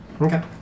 Okay